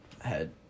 head